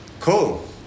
Cool